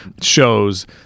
shows